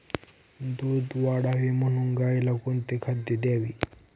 दूध वाढावे म्हणून गाईला कोणते खाद्य द्यावे?